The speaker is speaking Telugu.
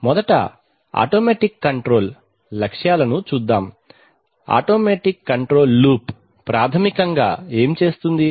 మొదట ఆటోమేటిక్ కంట్రోల్ లక్ష్యాలను చూద్దాం ఆటోమేటిక్ కంట్రోల్ లూప్ ప్రాథమికంగా ఏమి చేస్తుంది